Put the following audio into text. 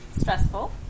stressful